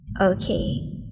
okay